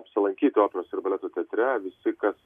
apsilankyti operos ir baleto teatre visi kas